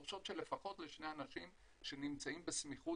דורשות שלפחות לשני אנשים שנמצאים בסמיכות